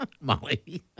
Molly